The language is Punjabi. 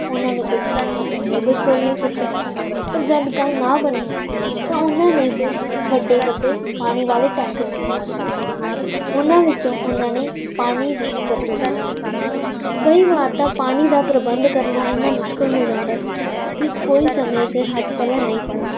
ਉਹਨਾਂ ਨੇ ਕੁਛ ਆਪਣੇ ਨੇਬਰਸ ਕੋਲੋਂ ਵੀ ਪੁੱਛਿਆ ਪਰ ਜਦ ਗੱਲ ਨਾ ਬਣੀ ਤਾਂ ਉਹਨਾਂ ਨੇ ਫਿਰ ਵੱਡੇ ਵੱਡੇ ਪਾਣੀ ਵਾਲੇ ਟੈਂਕਸ ਮੰਗਵਾ ਲਏ ਉਹਨਾਂ ਵਿੱਚੋਂ ਉਹਨਾਂ ਨੇ ਪਾਣੀ ਦੀ ਵਰਤੋਂ ਕੀਤੀ ਕਈ ਵਾਰ ਤਾਂ ਪਾਣੀ ਦਾ ਪ੍ਰਬੰਧ ਕਰਨਾ ਇੰਨਾ ਮੁਸ਼ਕਿਲ ਹੋ ਜਾਂਦਾ ਹੈ ਕਿ ਕੋਈ ਸਮੇਂ ਸਿਰ ਹੱਥ ਪੱਲਾ ਨਹੀਂ ਫੜਦਾ